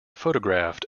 photographed